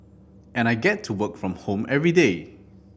and I get to work from home everyday